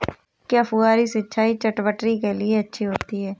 क्या फुहारी सिंचाई चटवटरी के लिए अच्छी होती है?